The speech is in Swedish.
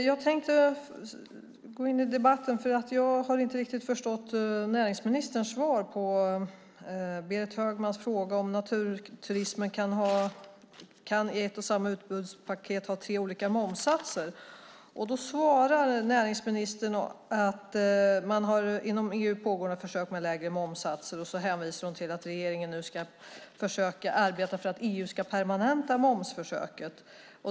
Fru talman! Jag går in i debatten därför att jag inte har förstått näringsministerns svar på Berit Högmans fråga om naturturismen i ett och samma utbudspaket kan ha tre olika momssatser. Näringsministern svarar att det inom EU pågår ett försök med lägre momssatser. Sedan hänvisar hon till att regeringen nu ska försöka arbeta för att EU ska permanenta momsförsöket.